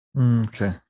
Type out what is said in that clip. Okay